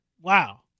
Wow